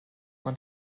man